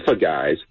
guys